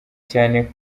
cyane